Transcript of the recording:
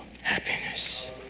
happiness